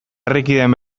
herrikideen